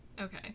Okay